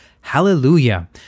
Hallelujah